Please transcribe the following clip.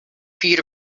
feet